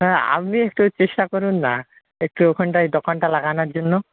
না আপনি একটু চেষ্টা করুন না একটু ওখানটায় দোকানটা লাগানোর জন্য